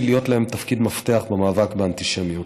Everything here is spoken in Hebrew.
להיות להם תפקיד מפתח במאבק באנטישמיות.